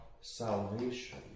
salvation